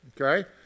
Okay